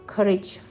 Courage